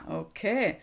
okay